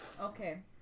Okay